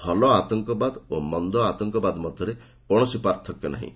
ଭଲ ଆତଙ୍କବାଦ ଓ ମନ୍ଦ ଆତଙ୍କବାଦ ମଧ୍ୟରେ କୌଣସି ପାର୍ଥକ୍ୟ ନାହିଁ